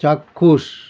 চাক্ষুষ